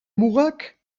mugak